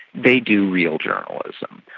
they do real journalism.